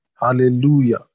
hallelujah